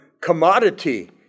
commodity